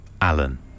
Alan